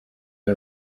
and